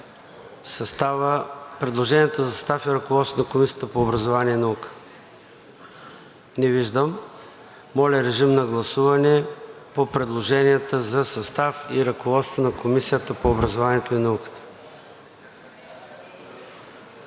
предложенията за състав и ръководство на Комисията по образование и наука? Не виждам. Моля, режим на гласуване по предложенията за състав и ръководство на Комисията по образованието и науката.